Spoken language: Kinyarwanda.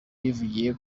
yivugiye